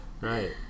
right